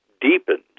deepens